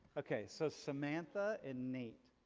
okay, so samantha and nate.